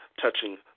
touching